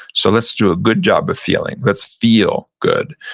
so let's do a good job of feeling. let's feel good,